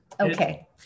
Okay